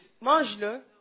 mange-le